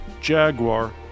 Jaguar